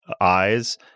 eyes